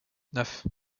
neuf